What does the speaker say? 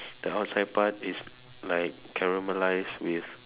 the outside part is like caramelize with